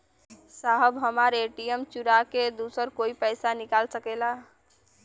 साहब हमार ए.टी.एम चूरा के दूसर कोई पैसा निकाल सकेला?